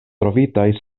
trovitaj